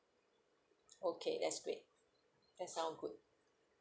okay that's great that sound good